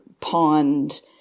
pond